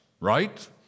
right